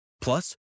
Plus